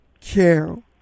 Carol